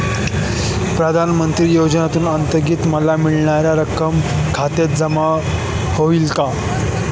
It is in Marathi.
प्रधानमंत्री योजनेअंतर्गत मला मिळणारी रक्कम खात्यात जमा होईल का?